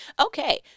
Okay